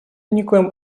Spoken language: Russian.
никоим